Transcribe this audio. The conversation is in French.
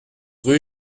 rue